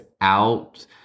out